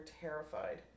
terrified